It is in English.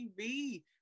TV